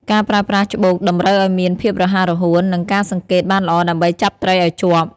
ការប្រើប្រាស់ច្បូកតម្រូវឲ្យមានភាពរហ័សរហួន និងការសង្កេតបានល្អដើម្បីចាប់ត្រីឲ្យជាប់។